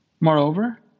Moreover